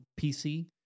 PC